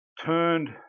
turned